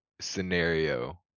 scenario